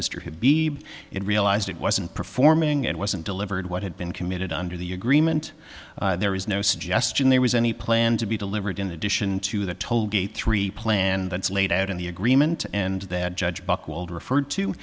mr habib and realized it wasn't performing and wasn't delivered what had been committed under the agreement there is no suggestion there was any plan to be delivered in addition to the tollgate three plan that's laid out in the agreement and that judge buchwald referred to